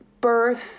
birth